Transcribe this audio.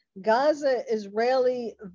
Gaza-Israeli